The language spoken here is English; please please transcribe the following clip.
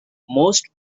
most